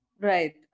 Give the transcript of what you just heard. Right